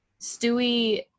Stewie